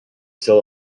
still